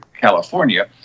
California